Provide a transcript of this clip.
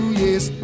yes